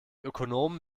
ökonomen